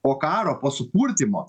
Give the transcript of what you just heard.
po karo po supurtymo